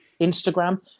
Instagram